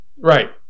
Right